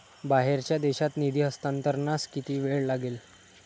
बाहेरच्या देशात निधी हस्तांतरणास किती वेळ लागेल?